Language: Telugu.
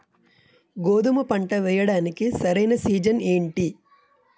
గోధుమపంట వేయడానికి సరైన సీజన్ ఏంటి?